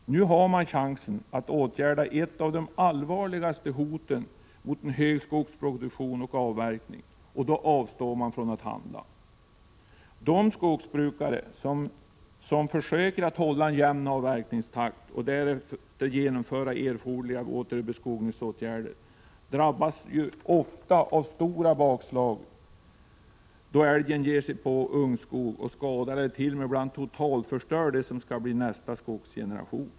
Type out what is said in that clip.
Nu har man chansen att åtgärda ett av de allvarligaste hoten mot en hög skogsproduktion och en hög avverkning, men då avstår man från att handla. De skogsbrukare som försöker hålla en jämn avverkningstakt och därefter genomföra erforderliga åtgärder för återbeskogning drabbas ofta av kraftiga bakslag då älgen ger sig på ungskogen och skadar eller ibland t.o.m. totalförstör det som skall bli nästa skogsgeneration.